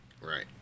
right